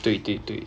对对对